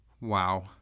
wow